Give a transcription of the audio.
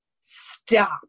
stop